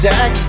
Jack